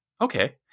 Okay